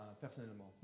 personnellement